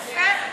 יפה, יפה.